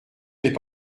n’est